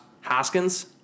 Haskins